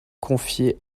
confié